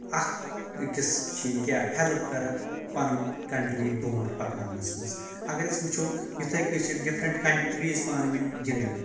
اکھ أکِس چھِ یِم کیاہ ہیلٕپ کَران پنُن کَنٹری برٛونٹھ پَکناونس منٛز اَگر أسۍ وٕچھو یِتھٕے کٔنۍ چھِ ڈِفرنٹ کَنٹریٖز پانہٕ ؤنۍ گِندان